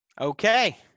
Okay